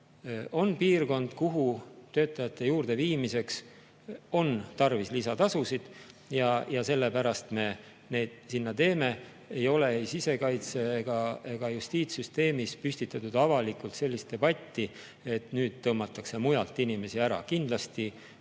On piirkond, kuhu töötajate juurdeviimiseks on tarvis lisatasusid, ja sellepärast me need sinna [suuname]. Ei ole ei sisekaitse‑ ega justiitssüsteemis püstitatud avalikult sellist debatti, et nüüd tõmmatakse mujalt inimesi ära. Kindlasti